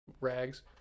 rags